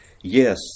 Yes